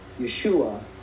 Yeshua